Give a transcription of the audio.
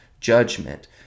Judgment